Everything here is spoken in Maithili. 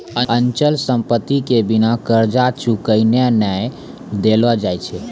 अचल संपत्ति के बिना कर्जा चुकैने नै देलो जाय छै